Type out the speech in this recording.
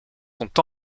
sont